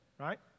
right